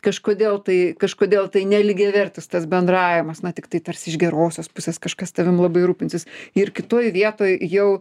kažkodėl tai kažkodėl tai nelygiavertis tas bendravimas na tiktai tarsi iš gerosios pusės kažkas tavim labai rūpinsis ir kitoj vietoj jau